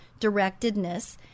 directedness